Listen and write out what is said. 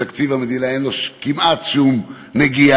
בתקציב המדינה אין לזה כמעט שום נגיעה.